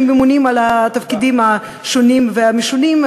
שממונים על התפקידים השונים והמשונים,